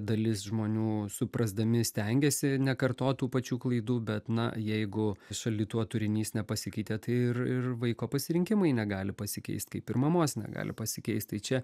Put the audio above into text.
dalis žmonių suprasdami stengiasi nekartot tų pačių klaidų bet na jeigu šaldytuvo turinys nepasikeitė tai ir ir vaiko pasirinkimai negali pasikeist kaip ir mamos negali pasikeist tai čia